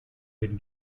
been